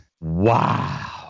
Wow